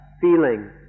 Feeling